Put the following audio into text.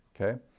okay